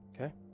Okay